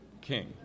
king